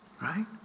Right